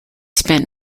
spent